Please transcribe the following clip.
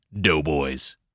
Doughboys